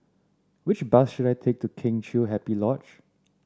which bus should I take to Kheng Chiu Happy Lodge